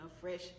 fresh